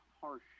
harsh